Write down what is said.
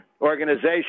organization